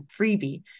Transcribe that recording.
freebie